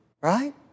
right